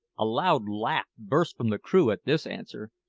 a loud laugh burst from the crew at this answer.